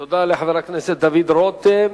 תודה לחבר הכנסת דוד רותם.